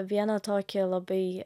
vieną tokį labai